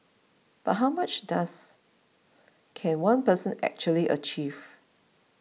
but how much does can one person actually achieve